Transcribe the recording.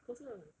of course ah